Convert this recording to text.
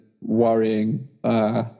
worrying